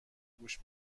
گوش